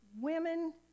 women